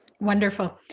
Wonderful